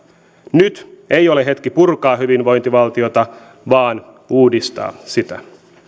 nyt ei ole hetki purkaa hyvinvointivaltiota vaan uudistaa sitä